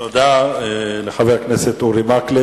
תודה לחבר הכנסת אורי מקלב.